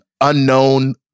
unknown